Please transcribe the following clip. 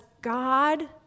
God